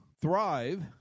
thrive